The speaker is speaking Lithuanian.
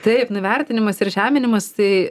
taip nuvertinimas ir žeminimas tai